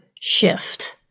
shift